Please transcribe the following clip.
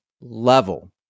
level